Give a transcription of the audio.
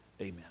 Amen